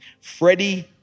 Freddie